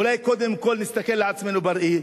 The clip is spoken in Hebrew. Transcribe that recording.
אולי קודם נסתכל על עצמנו בראי?